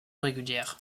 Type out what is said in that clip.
régulière